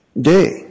day